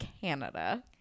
Canada